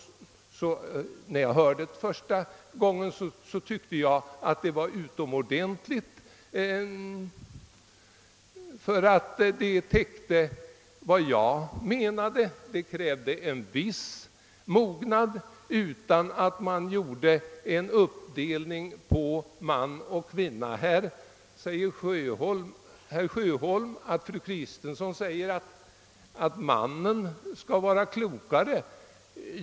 När jag hörde det första gången tyckte jag emellertid att det var utomordentligt bra; det täckte vad jag ansåg vara riktigt. Det krävde en viss mognad utan att någon uppdelning gjordes på man och kvinna. Herr Sjöholm sade att fru Kristensson tyckte att mannen skall vara klokare.